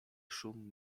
szum